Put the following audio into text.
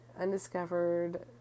undiscovered